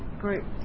groups